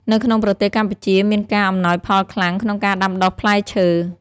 នៅក្នុងប្រទេសកម្ពុជាមានការ អំណោយផលខ្លាំង ក្នុងការដាំដុះផ្លែឈើ។